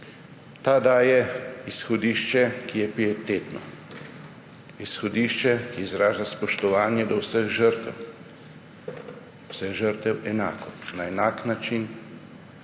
Ta daje izhodišče, ki je pietetno, izhodišče, ki izraža spoštovanje do vseh žrtev, vseh žrtev enako, na enak način,